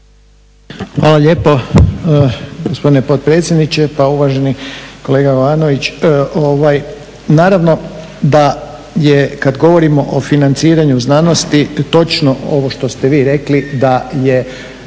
Hvala lijepo gospodine potpredsjedniče. Pa uvaženi kolega Jovanović naravno da je kad govorimo o financiranju znanosti točno ovo što ste vi rekli da je